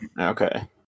okay